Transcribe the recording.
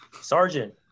sergeant